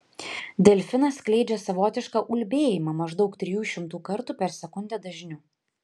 delfinas skleidžia savotišką ulbėjimą maždaug trijų šimtų kartų per sekundę dažniu